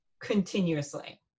continuously